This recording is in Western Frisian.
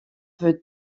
wurdt